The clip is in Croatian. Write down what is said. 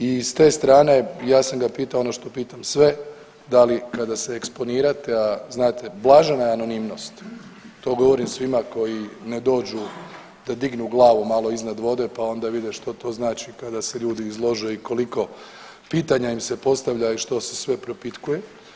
I s te strane ja sam ga pitao ono što pitam sve, da li kada se eksponirate, a znate blažena je anonimnost, to govorim svima koji ne dođu da dignu glavu malo iznad vode pa onda vide što to znači kada se ljudi izlože i koliko pitanja im se postavlja i što se sve propitkuje.